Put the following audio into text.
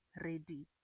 ready